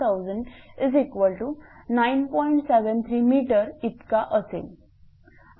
73 m इतका येईल